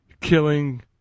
killing